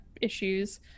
issues